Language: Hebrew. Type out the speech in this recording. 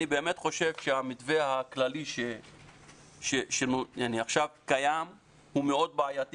אני חושב שהמתווה הכללי שקיים עכשיו הוא בעייתי